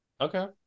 Okay